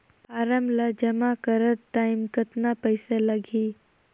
Form ला जमा करत टाइम कतना पइसा लगही?